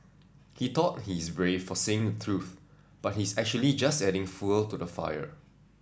he thought he's brave for saying the truth but he's actually just adding fuel to the fire